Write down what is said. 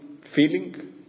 feeling